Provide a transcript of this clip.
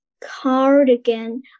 cardigan